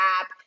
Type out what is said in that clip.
app